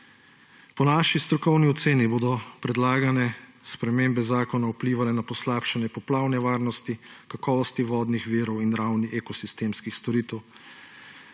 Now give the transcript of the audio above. Po naši strokovno oceni bodo predlagane spremembe zakona vplivale na poslabšanje poplavne varnosti, kakovosti vodnih virov in ravni ekosistemskih storitev.